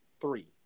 Three